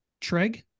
Treg